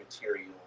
material